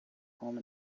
home